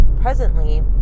presently